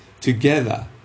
together